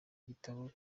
igitabo